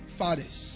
fathers